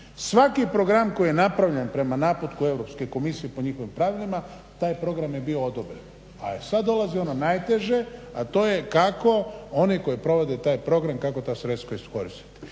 Svaki program koji je napravljen prema naputku Europske komisije po njihovim pravilima, taj program je bio odobren. Ali sad dolazi ono najteže a to je kako oni koji provode taj program, kako ta sredstva iskoristiti